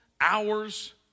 hours